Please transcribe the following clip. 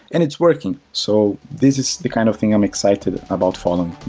and it's working. so this is the kind of thing i'm excited about following.